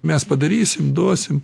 mes padarysim duosim